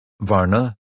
Varna